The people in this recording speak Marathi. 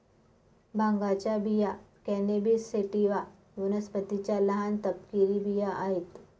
भांगाच्या बिया कॅनॅबिस सॅटिवा वनस्पतीच्या लहान, तपकिरी बिया आहेत